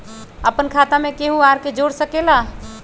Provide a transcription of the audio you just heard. अपन खाता मे केहु आर के जोड़ सके ला?